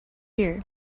here